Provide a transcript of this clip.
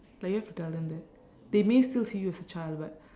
like you have to tell them that they may still see you as a child but